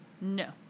No